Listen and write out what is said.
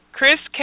Chris